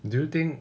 do you think